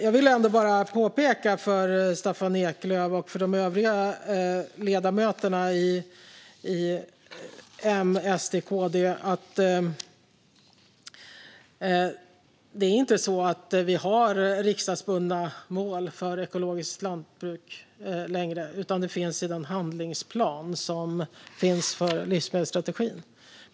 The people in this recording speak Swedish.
Jag vill bara påpeka för Staffan Eklöf och de övriga ledamöterna i M, SD och KD att vi inte längre har riksdagsbundna mål för ekologiskt lantbruk. Målen finns i stället i handlingsplanen för livsmedelsstrategin.